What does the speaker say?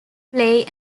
play